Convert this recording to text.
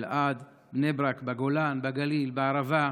אלעד, בני ברק, בגולן, בגליל, בערבה,